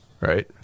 Right